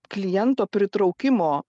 kliento pritraukimo